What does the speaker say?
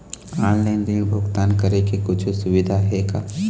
Online ऋण भुगतान करे के कुछू सुविधा हे का?